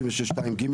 56(2)(ג),